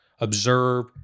observe